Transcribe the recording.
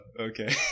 okay